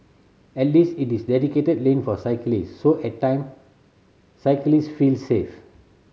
at least it is dedicated lane for cyclist so at time cyclist feel safe